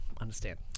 understand